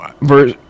Verse